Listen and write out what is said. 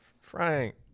Frank